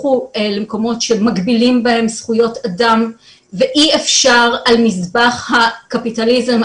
הפכו למקומות שמגבילים בהם זכויות אדם ואי אפשר על מזבח הקפיטליזם,